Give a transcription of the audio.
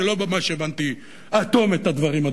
אני לא ממש הבנתי עד תום את הדברים,